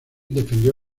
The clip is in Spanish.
defendió